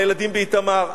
לילדים באיתמר,